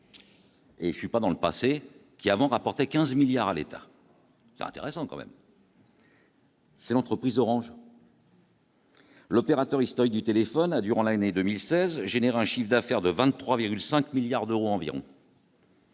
Et je suis pas dans le passé, qui avons rapporté 15 milliards à l'État. C'est intéressant quand même. C'est l'entreprise Orange. L'opérateur historique du téléphone à durant l'année 2016 génère un chiffre d'affaires de 23,5 milliards d'euros environ.